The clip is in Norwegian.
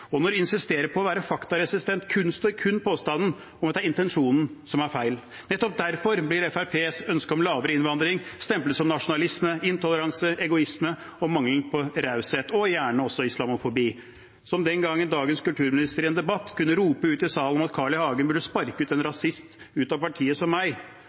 Og de insisterer på å være faktaresistente, støtter kun påstanden om at det er intensjonen som er feil. Nettopp derfor blir Fremskrittspartiets ønske om lavere innvandring stemplet som nasjonalisme, intoleranse, egoisme, mangel på raushet og gjerne også islamofobi – som den gangen dagens kulturminister i en debatt kunne rope ut i salen at Carl I. Hagen burde sparke en rasist som meg ut av partiet. Da ble han belønnet med en